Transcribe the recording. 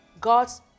God's